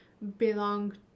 belong